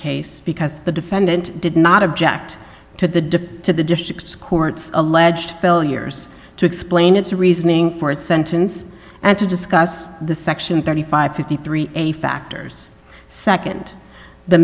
case because the defendant did not object to the dip to the district's court's alleged failures to explain its reasoning for its sentence and to discuss the section thirty five fifty three a factors second the